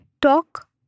Talk